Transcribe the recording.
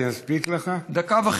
זה יספיק לך?